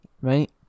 right